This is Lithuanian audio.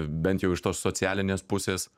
bent jau iš tos socialinės pusės